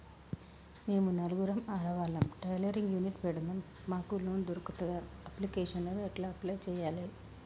మేము నలుగురం ఆడవాళ్ళం టైలరింగ్ యూనిట్ పెడతం మాకు లోన్ దొర్కుతదా? అప్లికేషన్లను ఎట్ల అప్లయ్ చేయాలే?